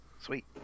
Sweet